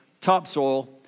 topsoil